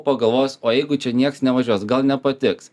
pagalvojus o jeigu čia nieks nevažiuos gal nepatiks